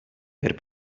per